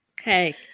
Okay